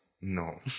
No